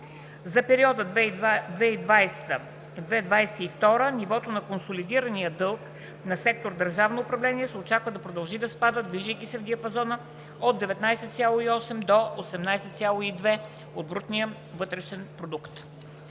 За периода 2020 – 2022 г. нивото на консолидирания дълг на сектор „Държавно управление“ се очаква да продължи да спада, движейки се в диапазона от 19,8% до 18,2% от брутния вътрешен продукт.